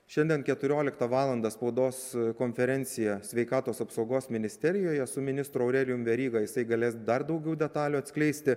šiandien keturioliktą valandą spaudos konferencija sveikatos apsaugos ministerijoje su ministru aurelijum veryga jisai galės dar daugiau detalių atskleisti